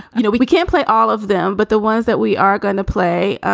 you know, we we can't play all of them. but the ones that we are going to play.